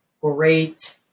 Great